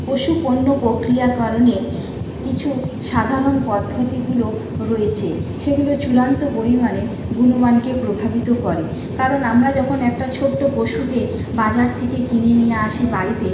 পশু পণ্য প্রক্রিয়াকরণের কিছু সাধারণ পদ্ধতিগুলো রয়েছে সেগুলো চূড়ান্ত পরিমাণের গুণমানকে প্রভাবিত করে কারণ আমরা যখন একটা ছোট্টো পশুকে বাজার থেকে কিনে নিয়ে আসি বাড়িতে